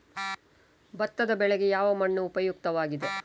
ಭತ್ತದ ಬೆಳೆಗೆ ಯಾವ ಮಣ್ಣು ಉಪಯುಕ್ತವಾಗಿದೆ?